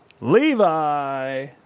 Levi